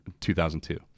2002